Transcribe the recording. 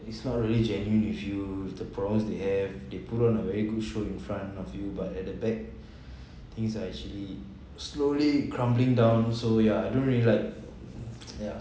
is not really genuine with you with the problems they have they put on a good show in front of you but at the back things are actually slowly crumbling down so yeah I don't really like ya